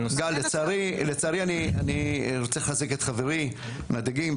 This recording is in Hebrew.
גל, לצערי אני רוצה לחזק את חברי מהדגים.